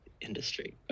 Industry